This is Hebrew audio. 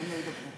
בסדר.